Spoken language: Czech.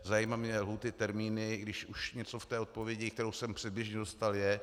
Zajímají mě lhůty, termíny, i když už něco v té odpovědi, kterou jsem předběžně dostal, je.